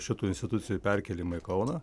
šitų institucijų perkėlimą į kauną